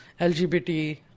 LGBT